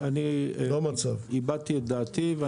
אני הבעתי את דעתי.